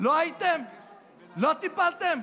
לא טיפלתם?